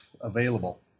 available